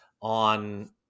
on